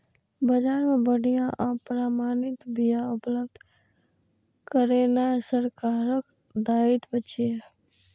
बाजार मे बढ़िया आ प्रमाणित बिया उपलब्ध करेनाय सरकारक दायित्व छियै